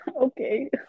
Okay